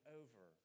over